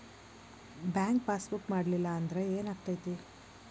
Bank passbook ಮಾಡಲಿಲ್ಲ ಅಂದ್ರೆ ಏನ್ ಆಗ್ತೈತಿ?